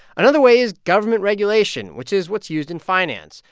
another way is government regulation, which is what's used in finance.